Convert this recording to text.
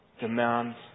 demands